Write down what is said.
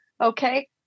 okay